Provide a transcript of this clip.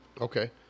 Okay